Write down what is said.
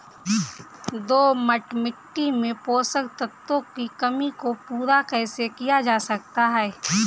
दोमट मिट्टी में पोषक तत्वों की कमी को पूरा कैसे किया जा सकता है?